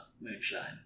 moonshine